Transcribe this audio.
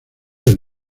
del